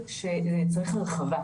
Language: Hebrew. להרמוניה האזורית וזה בכך שאנשים יכירו זה את